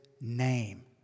name